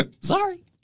Sorry